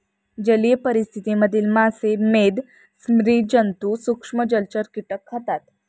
जलीय परिस्थिति मधील मासे, मेध, स्सि जन्तु, सूक्ष्म जलचर, कीटक खातात